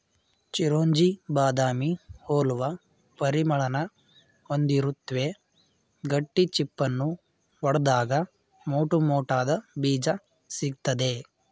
ಚಿರೊಂಜಿ ಬಾದಾಮಿ ಹೋಲುವ ಪರಿಮಳನ ಹೊಂದಿರುತ್ವೆ ಗಟ್ಟಿ ಚಿಪ್ಪನ್ನು ಒಡ್ದಾಗ ಮೋಟುಮೋಟಾದ ಬೀಜ ಸಿಗ್ತದೆ